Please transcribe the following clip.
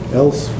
else